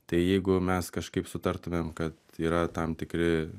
tai jeigu mes kažkaip sutartumėm kad yra tam tikri